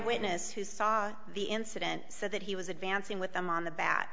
witness who saw the incident so that he was advancing with them on the bat